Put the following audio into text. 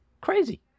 Crazy